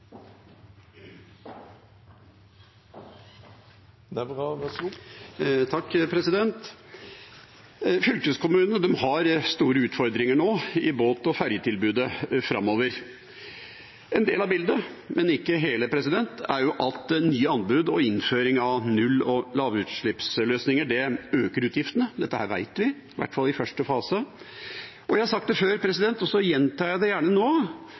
har store utfordringer med båt- og ferjetilbudet framover. En del av bildet, men ikke hele, er at nye anbud og innføring av null- og lavutslippsløsninger øker utgiftene – det vet vi – i hvert fall i første fase. Jeg har sagt det før, og jeg gjentar det gjerne nå: